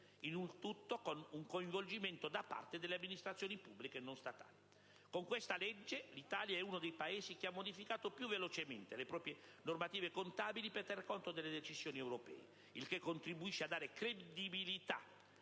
Il tutto, con un coinvolgimento delle amministrazioni pubbliche non statali. Con tale provvedimento, l'Italia è uno dei Paesi che ha modificato più velocemente le proprie normative contabili per tener conto delle decisioni europee, il che contribuisce a dare credibilità,